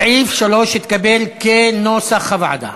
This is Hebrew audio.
סעיף 3 התקבל כנוסח הוועדה.